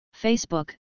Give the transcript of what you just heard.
Facebook